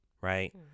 right